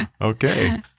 Okay